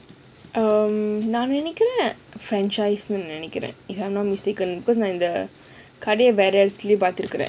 um நான் வந்து நெனக்கிறேன்:naan wanthu nenakkiran franchise னு நெனக்கிறேன்:nu nenakkiran if I'm not mistaken because இந்த கடையை வெற இடத்துலயும் பாத் இருக்கான்:intha kadaya wera edathulayum paath irukkan